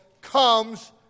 comes